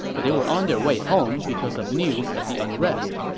but they were on their way home because of news of the unrest.